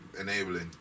Enabling